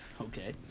Okay